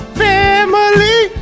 family